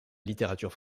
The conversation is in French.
littérature